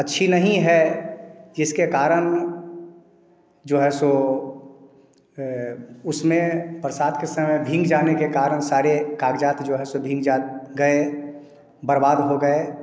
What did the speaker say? अच्छी नहीं है जिसके कारण जो है सो उसमें बरसात के समय भीग जाने के कारण सारे कागजात जो है सो भीग गए बर्बाद हो गए